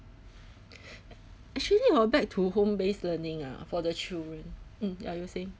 actually hor back to home base learning ah for the children mm ya you were saying